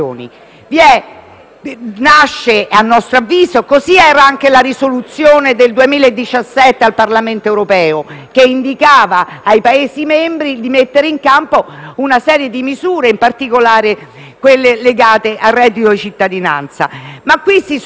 strumento stesso. Anche la risoluzione del 2017 al Parlamento europeo indicava ai Paesi membri di mettere in campo una serie di misure, in particolare quelle legate al reddito di cittadinanza. Ma in questo caso si sovrappongono